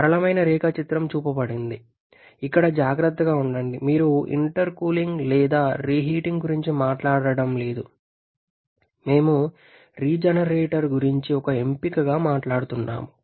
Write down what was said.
సరళమైన రేఖాచిత్రం చూపబడింది ఇక్కడ జాగ్రత్తగా ఉండండి మీరు ఇంటర్కూలింగ్ లేదా రీహీటింగ్ గురించి మాట్లాడటం లేదు మేము రీజెనరేటర్ గురించి ఒక ఎంపికగా మాట్లాడుతున్నాము